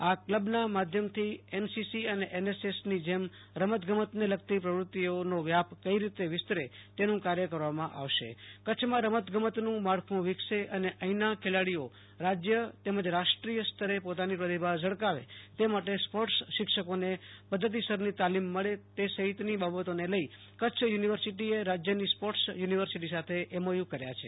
આ કલબના માધ્યમથી એનસીસી અને એનએસએસની જેમ રમતગમતને લગતી પ્રવૃત્તિઓનો વ્યાપ કઈ રીતે વિસ્તરે તેનું કાર્ય કરવામાં આવશે કચ્છમાં રમતગમતનું માળખું વિકસે અનેઅહીંના ખેલાડીઓ રાજય રાષ્ટ્રીય સ્તરે પોતાની પ્રતિભા ઝળકાવે તે માટે સ્પોર્ટસ શિક્ષકોને પદ્વતિસરની તાલીમ મળે તે સહિતની બાબતોને લઈ કચ્છ યુ નિવર્સિટીએ રાજ્યની સ્પોર્ટસ યુનિવર્સિટી સાથે એમઓયુ કર્યા છે